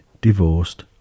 divorced